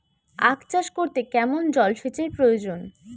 আখ চাষ করতে কেমন জলসেচের প্রয়োজন?